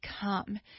come